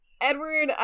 Edward